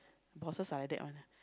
bosses are like that one